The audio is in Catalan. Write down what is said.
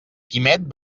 quimet